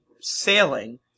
sailing